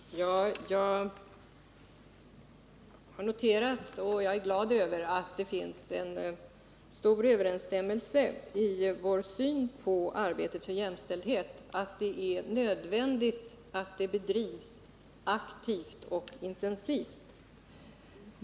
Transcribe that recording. Herr talman! Jag har noterat och är glad över att det finns en stor överensstämmelse i vår syn på arbetet för jämställdhet. Det är nödvändigt att det bedrivs aktivt och intensivt.